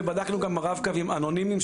ובדקנו גם רב קווים אנונימיים,